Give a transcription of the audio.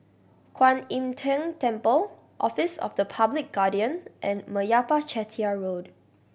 Kuan Im Tng Temple Office of the Public Guardian and Meyappa Chettiar Road